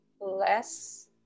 less